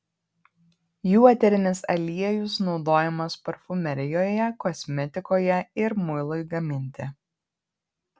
jų eterinis aliejus naudojamas parfumerijoje kosmetikoje ir muilui gaminti